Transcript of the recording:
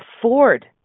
afford